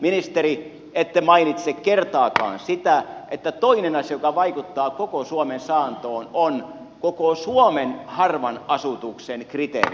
ministeri ette mainitse kertaakaan sitä että toinen asia joka vaikuttaa koko suomen saantoon on koko suomen harvan asutuksen kriteeri